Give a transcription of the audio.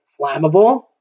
flammable